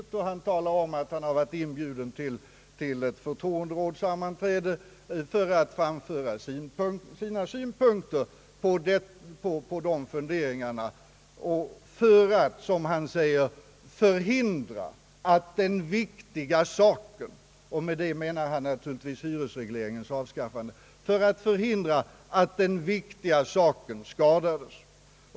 I sin lilla spalt talar ordföranden om att han varit inbjuden till ett förtroenderådssammanträde för att utveckla sina synpunkter på de motionsfunderingarna, i syfte att, som han säger, förhindra att den viktiga saken alltså hyresregleringens avskaffande — skadades.